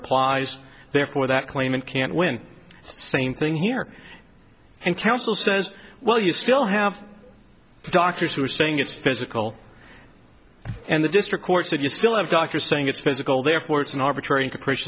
applies therefore that claimant can't win same thing here and counsel says well you still have doctors who are saying it's physical and the district court said you still have doctors saying it's physical therefore it's an arbitrary